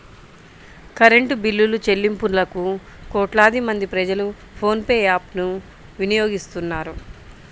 current బిల్లులుచెల్లింపులకు కోట్లాది మంది ప్రజలు ఫోన్ పే యాప్ ను వినియోగిస్తున్నారు